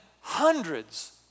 hundreds